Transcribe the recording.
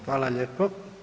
Hvala lijepo.